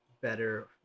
better